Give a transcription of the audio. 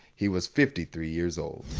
he was fifty three years old.